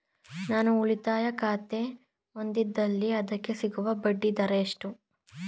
ನಾನು ಉಳಿತಾಯ ಖಾತೆ ಹೊಂದಿದ್ದಲ್ಲಿ ಅದಕ್ಕೆ ಸಿಗುವ ಬಡ್ಡಿ ದರ ಎಷ್ಟು?